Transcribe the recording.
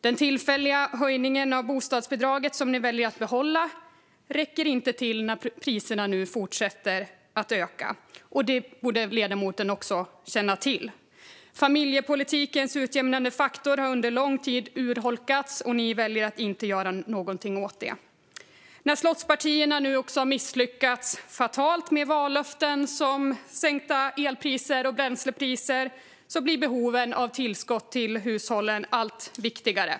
Den tillfälliga höjningen av bostadsbidraget, som ni väljer att behålla, räcker inte till när priserna nu fortsätter att öka. Det borde ledamoten känna till. Familjepolitikens utjämnande faktor har under lång tid urholkats, och ni väljer att inte göra någonting åt det. När slottspartierna nu också har misslyckats fatalt med att uppfylla vallöften om till exempel sänkta elpriser och bränslepriser blir hushållens behov av tillskott allt större.